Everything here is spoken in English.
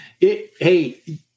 Hey